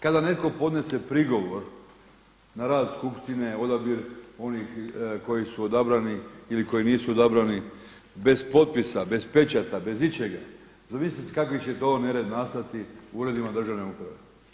Kada netko podnese prigovor na rad skupštine, odabir onih koji su odabrani ili koji nisu odabrani bez potpisa, bez pečata, bez ičega, zamislite kakav će to nered nastati u uredima državne uprave.